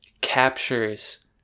captures